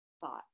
thought